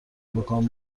بکن